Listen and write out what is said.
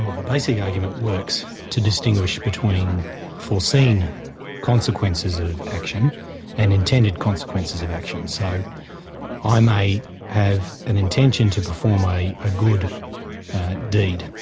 the basic argument works to distinguish between foreseen consequences of action and intended consequences of action. so i may have an intention to perform a ah good deed,